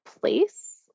place